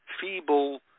feeble